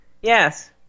Yes